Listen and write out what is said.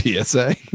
PSA